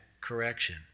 correction